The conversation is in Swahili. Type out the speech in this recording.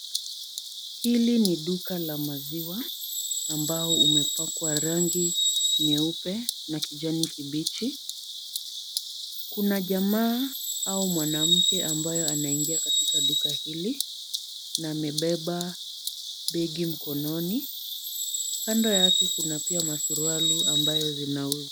Hili ni duka la maziwa ambalo limepakwa rangi nyeupe na kijani kibichi. Kuna jamaa au mwanamke ambaye anaingia katika duka hili na amebeba begi mkononi. Kando yake kuna pia suruali ambazo zinauzwa.